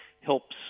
helps